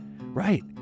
Right